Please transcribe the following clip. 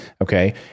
Okay